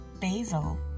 basil